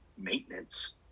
maintenance